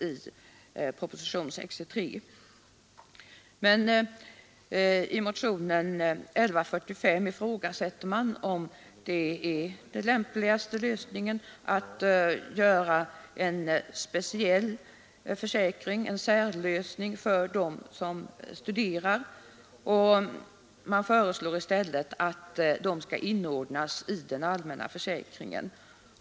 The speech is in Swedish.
Men i motionen 1145 ifrågasätter man om det är den lämpligaste lösningen att göra en speciell försäkring för dem som studerar. Man föreslår i stället att de skall inordnas i den allmänna försäkringen.